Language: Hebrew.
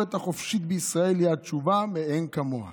התקשורת החופשית בישראל היא חשובה מאין כמוה,